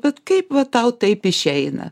bet kaip va tau taip išeina